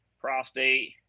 prostate